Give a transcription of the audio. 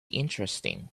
interesting